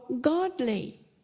godly